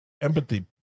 empathy